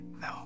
No